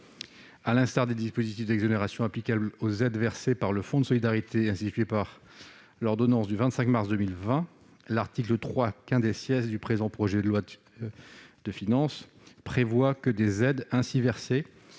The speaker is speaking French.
À l'instar des dispositifs d'exonération applicables aux aides versées par le Fonds de solidarité institué par l'ordonnance du 25 mars 2020, l'article 3 du présent projet de loi de finances prévoit que les aides ainsi versées